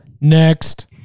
next